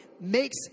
makes